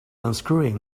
unscrewing